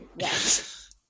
Yes